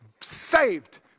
saved